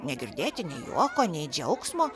negirdėti nei juoko nei džiaugsmo